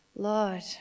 Lord